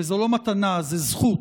וזו לא מתנה, זו זכות,